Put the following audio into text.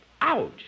Ouch